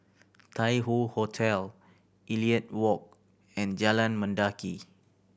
Tai Hoe Hotel Elliot Walk and Jalan Mendaki